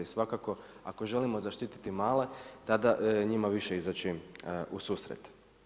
I svakako ako želimo zaštititi male tada njima više izaći u susret.